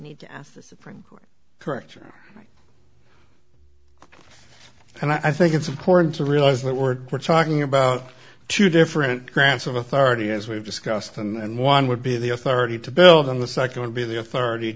need to ask the supreme court correct or and i think it's important to realize that we're talking about two different grants of authority as we've discussed and one would be the authority to build on the second would be the authority